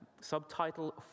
subtitle